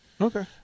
Okay